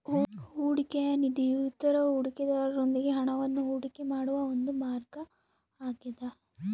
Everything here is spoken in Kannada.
ಹೂಡಿಕೆಯ ನಿಧಿಯು ಇತರ ಹೂಡಿಕೆದಾರರೊಂದಿಗೆ ಹಣವನ್ನು ಹೂಡಿಕೆ ಮಾಡುವ ಒಂದು ಮಾರ್ಗ ಆಗ್ಯದ